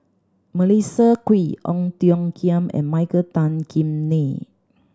Melissa Kwee Ong Tiong Khiam and Michael Tan Kim Nei